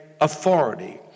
authority